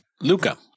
Luca